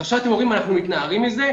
אז עכשיו אתם אומרים: אנחנו מתנערים מזה?